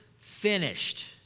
finished